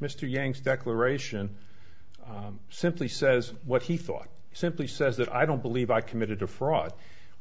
mr yang's declaration simply says what he thought simply says that i don't believe i committed a fraud